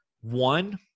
One